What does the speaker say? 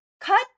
cut